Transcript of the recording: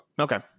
okay